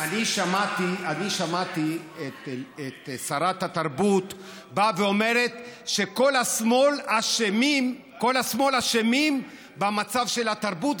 אני שמעתי את שרת התרבות באה ואומרת שכל השמאל אשמים במצב של התרבות,